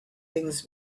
things